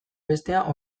bestea